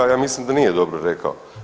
Ja mislim da nije dobro rekao.